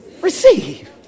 receive